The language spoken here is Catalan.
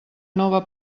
nova